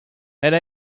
elle